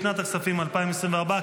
לשנת הכספים 2024,